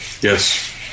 Yes